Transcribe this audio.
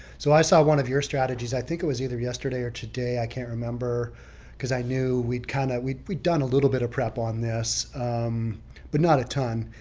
so i saw one of your strategies, i think it was either yesterday or today. i can't remember because i knew we'd kind of we'd done a little bit of prep on this but not a ton.